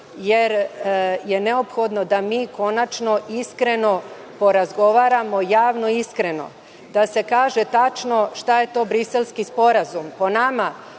jer je neophodno da mi konačno iskreno porazgovaramo, javno, iskreno, da se kaže tačno šta je to Briselski sporazum. Po nama,